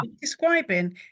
describing